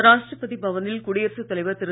ராஷ்ட்ரபதி பவனில் குடியரசுத் தலைவர் திரு